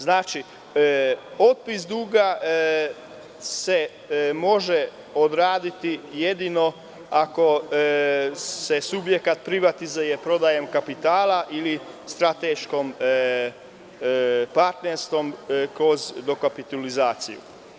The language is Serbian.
Znači, otpis duga se možde odraditi jedino ako se subjekat privatizuje prodajom kapitala ili strateškim partnerstvom kroz dokapitalizaciju.